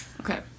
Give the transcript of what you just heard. Okay